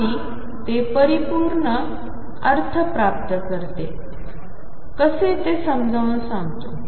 आणि ते परिपूर्ण अर्थ प्राप्त करते कसे ते समजावून सांगतो